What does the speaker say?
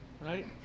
Right